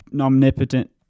omnipotent